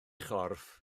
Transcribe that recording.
chorff